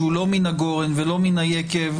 שהוא לא מן הגורן ולא מן היקב,